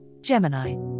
Gemini